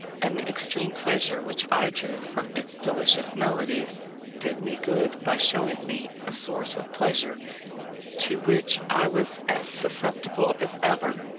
and the extreme pleasure which i drew from its delicious melodies did me good by showing me a source of pleasure to which i was as susceptible as ever.